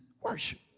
worship